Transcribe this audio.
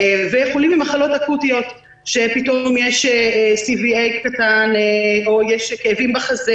וחולים במחלות אקוטיות שפתאום יש CVA קטן או יש כאבים בחזה,